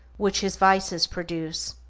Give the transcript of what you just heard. which his vices produce.